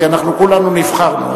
כי אנחנו כולנו נבחרנו,